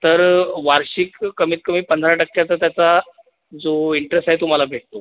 तर वार्षिक कमीतकमी पंधरा टक्क्याचा त्याचा जो इंटरेस आहे तुम्हाला भेटतो